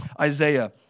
Isaiah